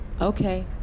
okay